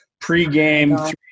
pregame